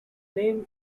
name